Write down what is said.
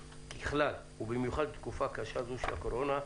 ככלל, ובמיוחד בתקופה הקשה הזו של הקורונה.